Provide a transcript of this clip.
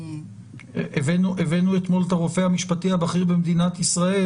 הבאנו אתמול את הרופא המשפטי הבכיר במדינת ישראל.